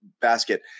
basket